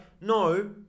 no